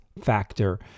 factor